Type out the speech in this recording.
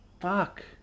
fuck